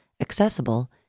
accessible